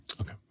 Okay